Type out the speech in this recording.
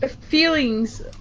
feelings